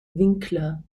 winkler